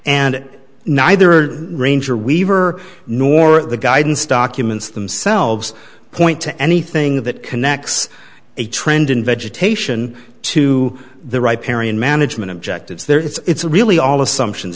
and neither ranger weaver nor the guidance documents themselves point to anything that connects a trend in vegetation to the right parian management objectives there it's really all assumptions